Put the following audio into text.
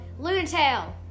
Lunatail